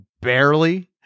Barely